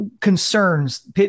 concerns